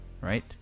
right